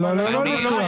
זה לא נכון.